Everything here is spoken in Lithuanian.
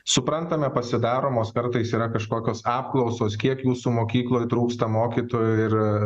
suprantame pasidaromos kartais yra kažkokios apklausos kiek jūsų mokykloj trūksta mokytojų ir